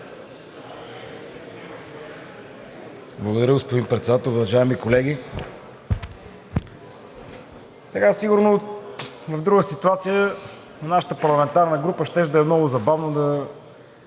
Благодаря, господин Председател. Уважаеми колеги, сега сигурно в друга ситуация на нашата парламентарна група щеше да е много забавно,